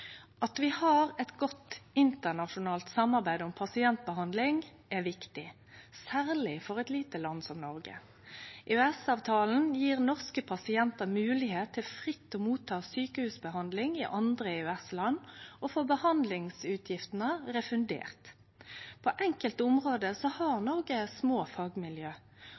At vi har eit godt internasjonalt samarbeid om pasientbehandling, er viktig – særleg for eit lite land som Noreg. EØS-avtalen gjev norske pasientar moglegheit til fritt å motta sjukehusbehandling i andre EØS-land og få behandlingsutgiftene refunderte. På enkelte område har Noreg små fagmiljø,